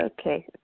Okay